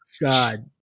God